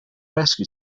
rescue